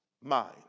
mind